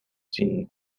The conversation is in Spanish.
sin